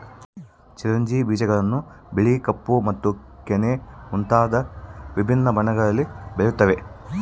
ಚಿರೊಂಜಿ ಬೀಜಗಳನ್ನು ಬಿಳಿ ಕಪ್ಪು ಮತ್ತು ಕೆನೆ ಮುಂತಾದ ವಿಭಿನ್ನ ಬಣ್ಣಗಳಲ್ಲಿ ಬೆಳೆಯುತ್ತವೆ